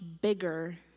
bigger